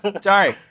Sorry